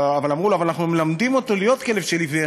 אמרו לו: אבל אנחנו מלמדים אותו להיות כלב של עיוור,